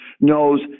knows